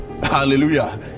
hallelujah